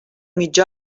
mitja